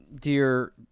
dear